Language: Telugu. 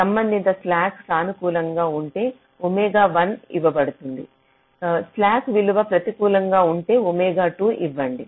సంబంధిత స్లాక్ సానుకూలంగా ఉంటే ఒమేగా 1 ఇవ్వండి స్లాక్ విలువ ప్రతికూలంగా ఉంటే ఒమేగా 2 ఇవ్వండి